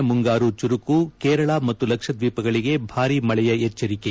ಈಶಾನ್ವ ಮುಂಗಾರು ಚುರುಕು ಕೇರಳ ಮತ್ತು ಲಕ್ಷದ್ವೀಪಗಳಿಗೆ ಭಾರೀ ಮಳೆಯ ಎಚ್ಚರಿಕೆ